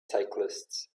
cyclists